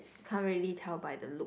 can't really tell by the looks